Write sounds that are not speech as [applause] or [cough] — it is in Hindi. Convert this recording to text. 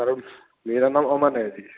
सर अब [unintelligible] मेरा नाम अमन है जी